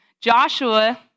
Joshua